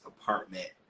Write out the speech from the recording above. apartment